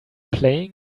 playing